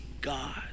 God